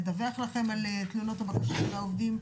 לדווח לכם על תלונות ובקשות של העובדים,